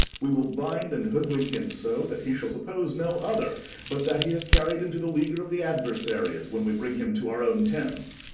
we will bind and hoodwink him so that he shall suppose no other but that he is carried into the leaguer of the adversaries when we bring him to our own tents.